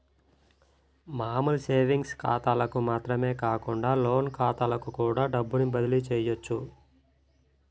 మామూలు సేవింగ్స్ ఖాతాలకు మాత్రమే కాకుండా లోన్ ఖాతాలకు కూడా డబ్బుని బదిలీ చెయ్యొచ్చు